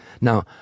Now